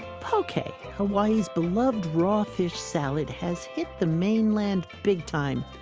poke, hawaii's beloved raw fish salad has hit the mainland big time.